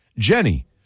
Jenny